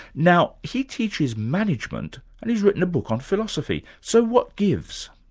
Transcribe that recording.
now, he teaches management, and he's written a book on philosophy. so what gives?